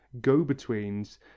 go-betweens